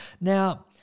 Now